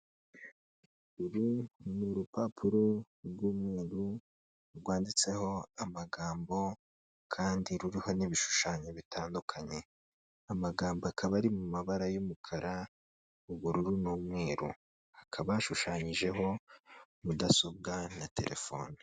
Uru ni urupapuro rw'umweru rwanditseho amagambo kandi ruriha n'ibishushanyo bitandukanye, amagambo akaba ari mu mabara y'umukara, ubururu n'umweru, hakaba yashushanyijeho mudasobwa na telefoni.